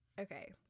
Okay